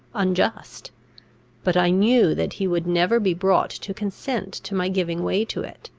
unjust but i knew that he would never be brought to consent to my giving way to it.